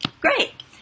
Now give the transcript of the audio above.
Great